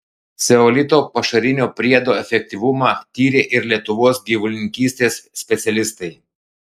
ceolito pašarinio priedo efektyvumą tyrė ir lietuvos gyvulininkystės specialistai